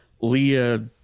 Leah